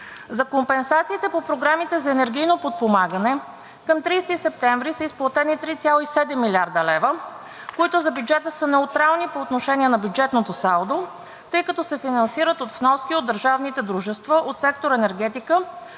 За компенсациите по програмите за енергийно подпомагане към 30 септември са изплатени 3,7 млрд. лв., които за бюджета са неутрални по отношение на бюджетното салдо, тъй като се финансират от вноски от държавните дружества от сектор „Енергетика“,